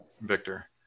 Victor